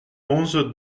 onze